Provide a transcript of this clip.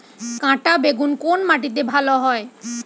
কাঁটা বেগুন কোন মাটিতে ভালো হয়?